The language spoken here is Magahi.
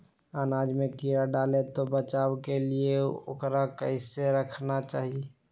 अनाज में कीड़ा लगे से बचावे के लिए, उकरा कैसे रखना चाही?